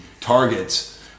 targets